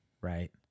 Right